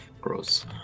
Gross